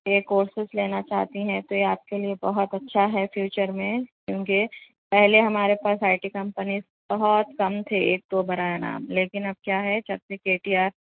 سے کورسز لینا چاہتے ہیں تو یہ آپ کے لیے بہت اچھا ہے فیوچر میں کیونکہ پہلے ہمارے پاس آئی ٹی کمپنیز بہت کم تھے ایک دو برائے نام لیکن اب کیا ہے کہ اب سے کے سی آر